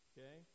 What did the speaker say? Okay